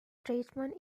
treatment